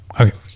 Okay